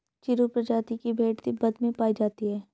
चिरु प्रजाति की भेड़ तिब्बत में पायी जाती है